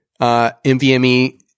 MVME